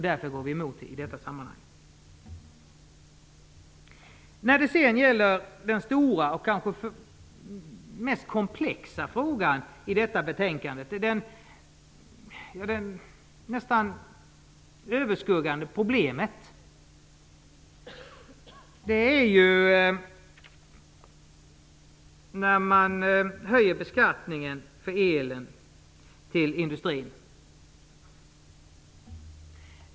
Därför går vi emot förslaget. Den stora och kanske mest komplexa frågan i betänkandet - det nästan överskuggande problemet - är höjningen av skatten på el till industrin.